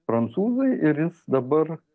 prancūzai ir jis dabar